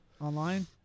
online